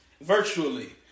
virtually